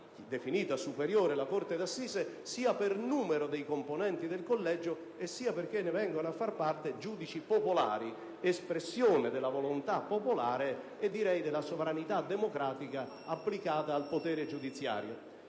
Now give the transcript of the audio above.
definisce la corte d'assise - sia per il numero dei componenti del collegio, sia perché ne vengono a far parte giudici popolari, espressione della volontà popolare e della sovranità democratica applicata al potere giudiziario